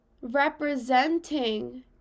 representing